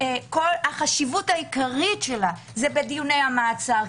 החשיבות העיקרית שלו היא בדיוני המעצר,